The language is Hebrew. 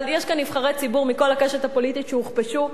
אבל יש כאן נבחרי ציבור מכל הקשת הפוליטית שהוכפשו,